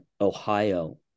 Ohio